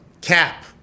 cap